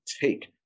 take